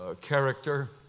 character